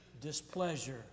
displeasure